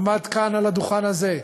עמד כאן על הדוכן הזה,